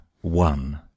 one